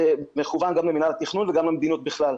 מכוון גם למינהל התכנון וגם למדיניות בכלל.